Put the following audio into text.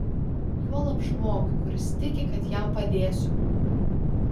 juolab žmogui kuris tiki kad jam padėsiu